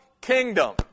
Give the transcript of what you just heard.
kingdom